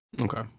Okay